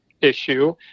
issue